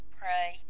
pray